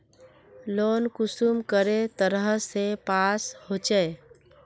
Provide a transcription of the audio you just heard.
Loan कुंसम करे तरह से पास होचए?